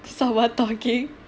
someone talking